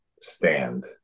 stand